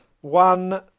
One